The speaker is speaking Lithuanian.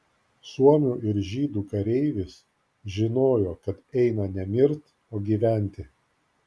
suomių ir žydų kareivis žinojo kad eina ne mirt o gyventi